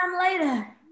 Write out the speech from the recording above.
later